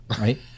Right